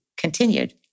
continued